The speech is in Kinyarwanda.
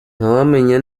ntawamenya